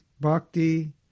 bhakti